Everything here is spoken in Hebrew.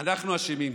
אנחנו אשמים.